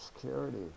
security